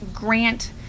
grant